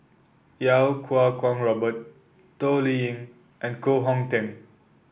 Iau Kuo Kwong Robert Toh Liying and Koh Hong Teng